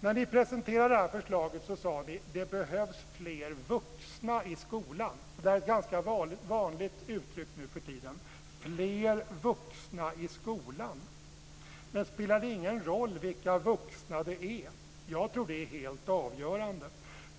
När ni presenterade förslaget sade ni: Det behövs fler vuxna i skolan. Det är ett ganska vanligt uttryck nuförtiden. Fler vuxna i skolan. Men spelar det ingen roll vilka vuxna det är? Jag tror att det är helt avgörande.